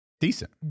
Decent